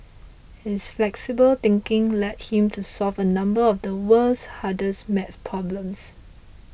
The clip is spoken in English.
his flexible thinking led him to solve a number of the world's hardest math problems